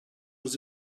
was